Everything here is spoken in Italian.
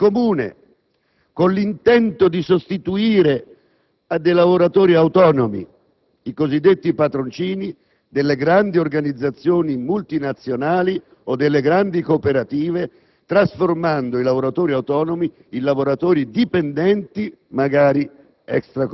con l'intento di sostituire a lavoratori autonomi, i cosiddetti padroncini, delle grandi organizzazioni multinazionali o delle grandi cooperative, trasformando i lavoratori autonomi in lavoratori dipendenti, magari